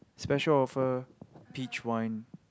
special offer peach wine